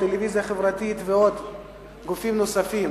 טלוויזיה חברתית ועוד גופים נוספים.